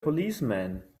policeman